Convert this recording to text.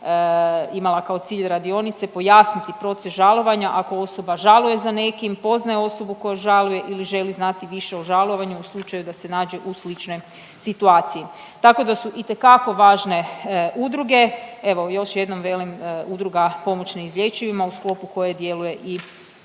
imala kao cilj radionice, pojasniti proces žalovanja, ako osoba žaluje za nekim, poznaje osobu koju žaluje ili želi znati više o žalovanju u slučaju da se nađe u sličnoj situaciji. Tako da su itekako važne udruge, evo još jednom velim, Udruga pomoć neizlječivima u sklopu koje djeluje i